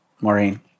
Maureen